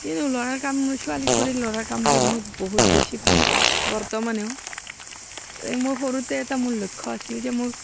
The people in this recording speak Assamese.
কিন্তু ল'ৰাৰ কাম মই ছোৱালীত কৰি ল'ৰাৰ কাম কই মই বহুত বেছি ভাল পাওঁ বৰ্তমানেও এই মোৰ সৰুতে এটা মোৰ লক্ষ্য আছিল যে মোৰ